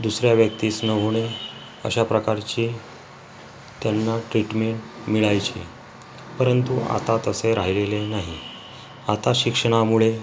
दुसऱ्या व्यक्तीस न होणे अशा प्रकारची त्यांना ट्रीटमेंट मिळायची परंतु आता तसे राहिलेले नाही आता शिक्षणामुळे